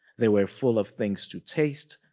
they were full of things to taste,